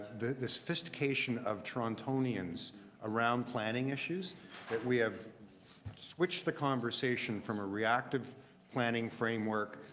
the the sophistication of torontarians around planning issues that we have switched the conversation from a reactive planning framework,